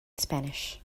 spanish